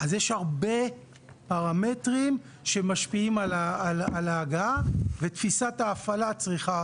אז יש הרבה פרמטרים שמשפיעים על ההגעה ותפיסת ההפעלה צריכה